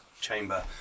chamber